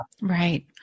Right